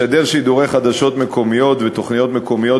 לשדר שידורי חדשות מקומיות ותוכניות מקומיות